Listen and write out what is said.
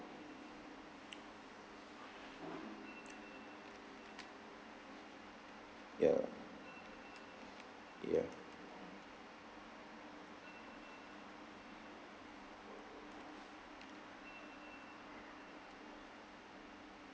ya ya